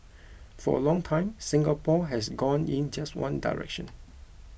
for a long time Singapore has gone in just one direction